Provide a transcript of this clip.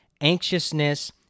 anxiousness